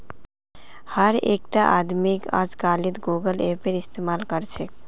हर एकटा आदमीक अजकालित गूगल पेएर इस्तमाल कर छेक